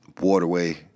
waterway